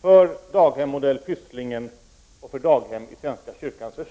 för daghem modell Pysslingen och för daghem i svenska kyrkans regi?